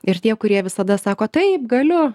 ir tie kurie visada sako taip galiu